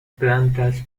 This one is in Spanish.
plantas